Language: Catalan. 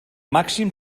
màxim